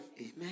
Amen